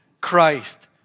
Christ